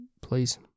Please